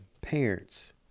parents